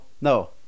No